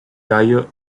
gallo